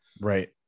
Right